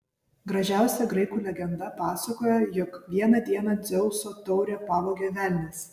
gražiausia graikų legenda pasakoja jog vieną dieną dzeuso taurę pavogė velnias